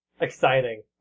Exciting